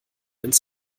ins